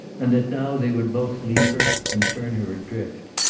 and that now they would both leave her and turn her adrift.